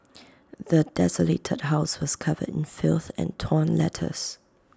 the desolated house was covered in filth and torn letters